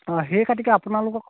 অঁ সেই খাতিৰত আপোনালোকক